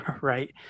right